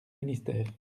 ministère